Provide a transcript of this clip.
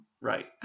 Right